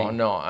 no